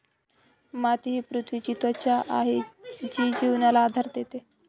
माती ही पृथ्वीची त्वचा आहे जी जीवनाला आधार देते